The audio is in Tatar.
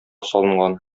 салынган